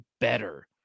better